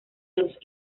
los